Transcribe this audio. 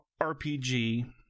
RPG